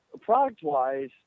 product-wise